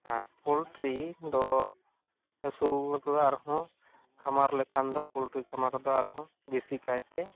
ᱟᱨ ᱯᱳᱞᱴᱨᱤᱫᱚ ᱟᱹᱥᱩᱞ ᱟᱨᱦᱚᱸ ᱠᱷᱟᱢᱟᱨ ᱞᱮᱠᱷᱟᱱᱫᱚ ᱯᱳᱞᱴᱨᱤ ᱠᱷᱟᱢᱟᱨ ᱨᱮᱫᱚ ᱟᱨᱦᱚᱸ ᱵᱮᱥᱤᱠᱟᱭᱛᱮ